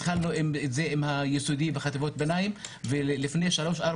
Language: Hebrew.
התחלנו את זה עם היסודי וחטיבות הביניים ולפני 3-4